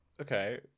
Okay